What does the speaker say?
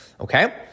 Okay